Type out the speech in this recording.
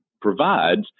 provides